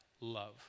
love